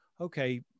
okay